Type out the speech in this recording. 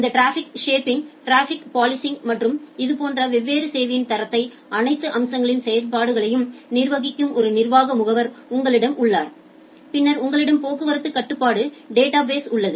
இந்த traffic shaping traffic policing மற்றும் இதுபோன்ற வெவ்வேறு சேவையின் தரத்தின் அனைத்து அம்சங்களின் செயல்பாடுகளையும் நிர்வகிக்கும் ஒரு நிர்வாக முகவர் உங்களிடம் உள்ளார் பின்னர் உங்களிடம் போக்குவரத்து கட்டுப்பாட்டு டேட்டாபேஸ் உள்ளது